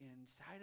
inside